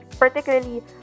particularly